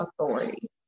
authority